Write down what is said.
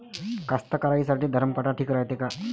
कास्तकाराइसाठी धरम काटा ठीक रायते का?